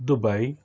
Dubai